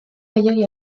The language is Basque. gehiegi